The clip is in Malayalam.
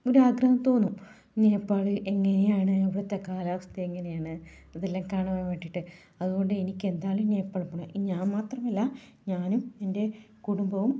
ഒരു ആഗ്രഹം തോന്നും നേപ്പാൾ എങ്ങനെയാണ് അവിടത്തെ കാലാവസ്ഥ എങ്ങനെയാണ് അതെല്ലാം കാണാൻ വേണ്ടിയിട്ട് അതുകൊണ്ട് എനിക്ക് എന്തായാലും നേപ്പാളിൽ പോകണം ഞാൻ മാത്രമല്ല ഞാനും എൻ്റെ കുടുംബവും